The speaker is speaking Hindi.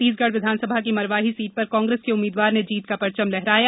छत्तीसगढ विधानसभा की मरवाही सीट पर कांग्रेस के उम्मीदवार ने जीत का परचम फहराया